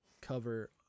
cover